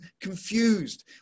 confused